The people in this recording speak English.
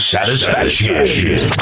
Satisfaction